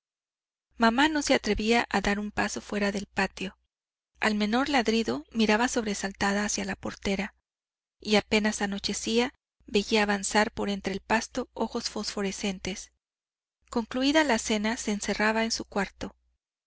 mamá no se atrevía a dar un paso fuera del patio al menor ladrido miraba sobresaltada hacia la portera y apenas anochecía veía avanzar por entre el pasto ojos fosforescentes concluída la cena se encerraba en su cuarto